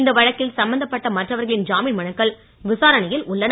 இந்த வழக்கில் சம்பந்தப்பட்ட மற்றவர்களின் ஜாமீன் மனுக்கள் விசாரணையில் உள்ளன